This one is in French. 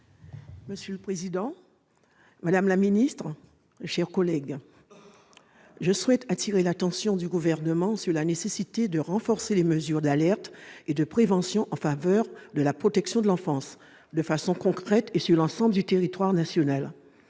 Monsieur le président, madame la garde des sceaux, mes chers collègues, je souhaite attirer l'attention du Gouvernement sur la nécessité de renforcer les mesures d'alerte et de prévention en faveur de la protection de l'enfance, de façon concrète et sur l'ensemble du territoire national.